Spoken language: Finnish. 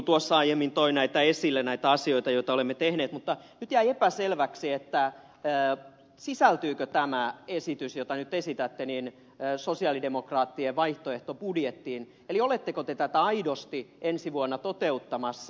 tuossa aiemmin toin esille näitä asioita joita olemme tehneet mutta nyt jäi epäselväksi sisältyykö tämä esitys jota nyt esitätte sosialidemokraattien vaihtoehtobudjettiin eli oletteko te tätä aidosti ensi vuonna toteuttamassa